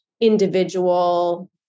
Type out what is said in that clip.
individual